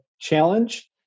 challenge